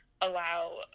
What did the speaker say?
allow